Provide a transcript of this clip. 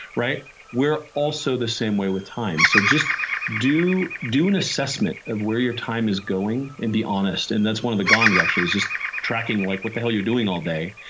right? we're also the same way with time. so just do do an assessment of where your time is going, and be honest. and that's one of the gongs actually is just tracking like what the hell you're doing all day,